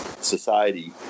society